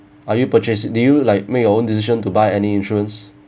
are you purchase do you like make your own decision to buy any insurance